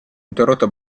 interrotta